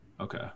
Okay